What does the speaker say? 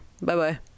bye-bye